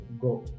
Go